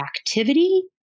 activity